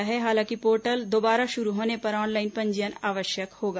प्रमाण पत्र हालांकि पोर्टल दोबारा शुरू होने पर ऑनलाइन पंजीयन आवश्यक होगा